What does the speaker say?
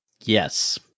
Yes